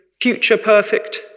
future-perfect